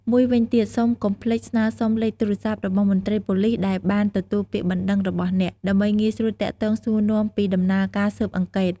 មួយវិញទៀត សូមកុំភ្លេចស្នើសុំលេខទូរស័ព្ទរបស់មន្ត្រីប៉ូលីសដែលបានទទួលពាក្យបណ្ដឹងរបស់អ្នក ដើម្បីងាយស្រួលទាក់ទងសួរនាំពីដំណើរការស៊ើបអង្កេត។